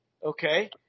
Okay